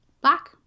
black